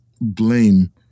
blame